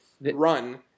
run